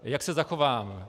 Jak se zachovám?